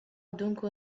dunque